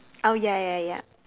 oh ya ya ya